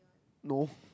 no